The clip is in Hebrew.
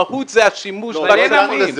המהות זה השימוש בכללים.